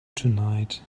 tonight